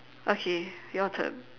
okay your turn